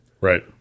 Right